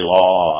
Law